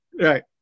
right